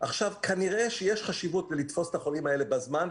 כנראה שיש חשיבות בלתפוס את החולים האלה בזמן,